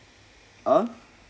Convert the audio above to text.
ah